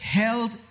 held